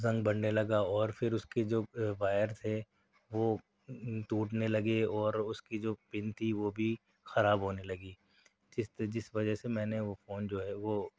زنگ بڑھنے لگا اور پھر اُس کی جو وائر تھے وہ ٹوٹنے لگے اور اُس کی جو پن تھی وہ بھی خراب ہونے لگی جس جس وجہ سے میں نے وہ فون جو ہے وہ